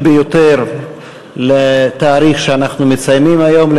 ביותר לתאריך שאנחנו מציינים היום,